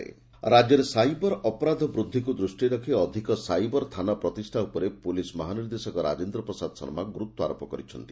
cyber ଥାନା ରାଜ୍ୟରେ cyber ଅପରାଧ ବୁଦ୍ଧିକୁ ଦୃଷ୍ଟିରେ ରଖି ଅଧିକ ସାଇବର ଥାନା ପ୍ରତିଷା ଉପରେ ପୁଲିସ୍ ମହାନିର୍ଦ୍ଦେଶକ ରାଜେନ୍ଦ୍ର ପ୍ରସାଦ ଶର୍ମା ଗୁରୁତ୍ୱାରୋପ କରିଛନ୍ତି